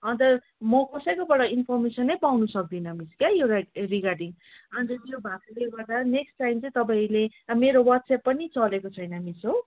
अन्त म कसैकोबाट इन्फोर्मेसनै पाउनु सक्दिनँ मिस क्या यो राइट रिगार्डिङ अन्त त्यो भएकोले गर्दा नेक्स्ट टाइम चाहिँ तपाईँले अब मेरो वाट्सएप पनि चलेको छैन मिस हो